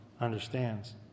understands